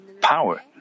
power